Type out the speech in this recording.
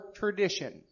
tradition